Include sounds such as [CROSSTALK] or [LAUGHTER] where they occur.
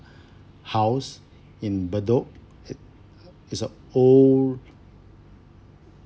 [BREATH] house in bedok it it's a old